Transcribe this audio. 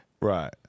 Right